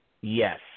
Yes